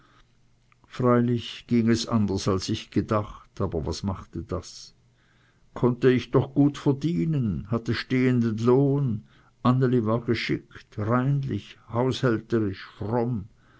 freilich ging es anders als ich gedacht aber was machte das konnte ich doch gut verdienen hatte stehenden lohn anneli war geschickt reinlich haushälterisch fromm